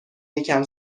یکم